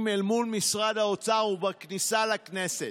אל מול משרד האוצר ובכניסה לכנסת.